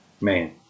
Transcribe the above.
Man